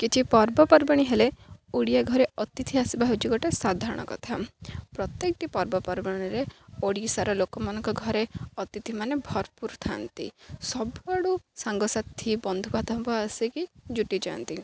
କିଛି ପର୍ବପର୍ବାଣି ହେଲେ ଓଡ଼ିଆ ଘରେ ଅତିଥି ଆସିବା ହଉଚି ଗୋଟେ ସାଧାରଣ କଥା ପ୍ରତ୍ୟେକଟି ପର୍ବପର୍ବାଣିରେ ଓଡ଼ିଶାର ଲୋକମାନଙ୍କ ଘରେ ଅତିଥି ମାନ ଭରପୁର ଥାଆନ୍ତି ସବୁଆଡ଼ୁ ସାଙ୍ଗସାଥି ବନ୍ଧୁବାନ୍ଧବ ଆସିକି ଜୁଟି ଯାଆନ୍ତି